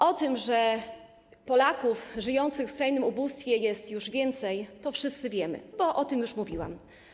O tym, że Polaków żyjących w skrajnym ubóstwie jest już więcej, wszyscy wiemy, bo o tym już mówiłam.